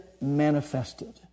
manifested